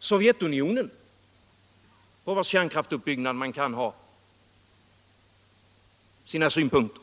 Sovjetunionen — på vars kärnkraftsuppbyggnad man kan ha sina synpunkter;